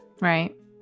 Right